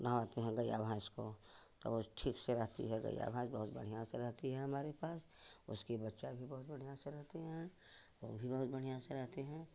नहाते हैं गैया भैंस को तब ठीक से रहती है गैया भैंस बहुत बढ़िया से रहती हैं हमारे पास उसके बच्चे भी बहुत बढ़िया से रहते हैं वह भी बहुत बढ़िया से रहते हैं